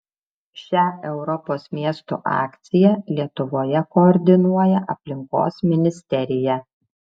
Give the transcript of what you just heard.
šią europos miestų akciją lietuvoje koordinuoja aplinkos ministerija